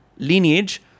Lineage